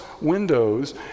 windows